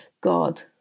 God